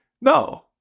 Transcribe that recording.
No